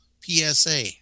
PSA